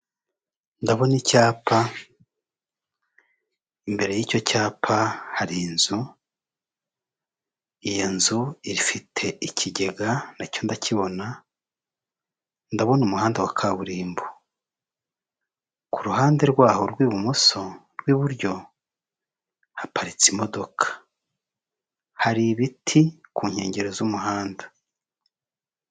Ndabona icyapa imbere y'icyo cyapa, imbere y'icyo cyapa hari inzu iyo nzu ifite ikigega nacyo ndakibona, ndabona umuhanda wa kaburimbo, kuruhande rwaho rw'ibumoso rw'iburyo haparitse imodoka hari ibiti ku nkengero z'umuhanda.